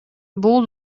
бул